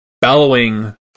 bellowing